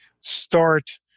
start